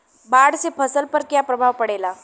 बाढ़ से फसल पर क्या प्रभाव पड़ेला?